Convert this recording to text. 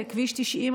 וכביש 90,